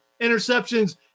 interceptions